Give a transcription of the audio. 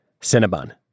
Cinnabon